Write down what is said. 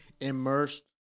immersed